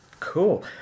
cool